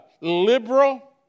liberal